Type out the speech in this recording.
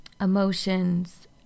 emotions